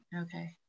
Okay